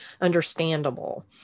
understandable